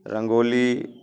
rangoli